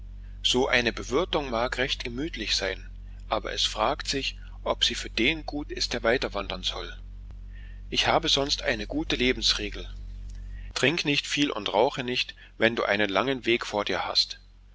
so eine bewirtung mag recht gemütlich sein aber es fragt sich ob sie für den gut ist der weiterwandern soll ich habe sonst eine gute lebensregel trink nicht viel und rauche nicht wenn du einen langen weg vor dir hast